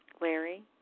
Larry